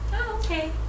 okay